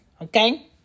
Okay